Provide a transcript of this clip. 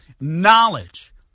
knowledge